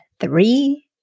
three